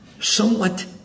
somewhat